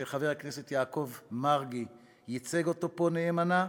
וחבר הכנסת יעקב מרגי ייצג אותו פה נאמנה,